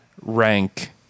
rank